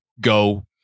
Go